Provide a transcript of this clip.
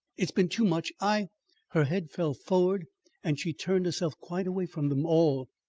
it's been too much i her head fell forward and she turned herself quite away from them all.